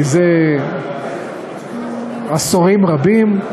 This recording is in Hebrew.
מזה עשורים רבים,